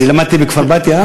אני למדתי בכפר-בתיה.